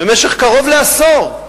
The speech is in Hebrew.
במשך קרוב לעשור.